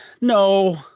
No